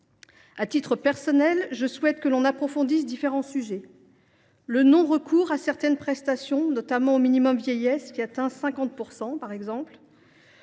À titre personnel, je souhaiterais que l’on approfondisse différents sujets : le non recours à certaines prestations, notamment au minimum vieillesse, qui atteint 50 %, ou